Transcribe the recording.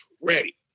ready